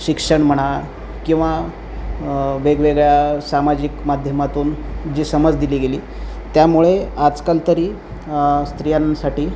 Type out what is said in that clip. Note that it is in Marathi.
शिक्षण म्हणा किंवा वेगवेगळ्या सामाजिक माध्यमातून जी समज दिली गेली त्यामुळे आजकाल तरी स्त्रियांसाठी